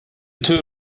tour